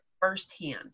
firsthand